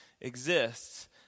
exists